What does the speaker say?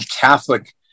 Catholic